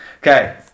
okay